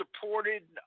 supported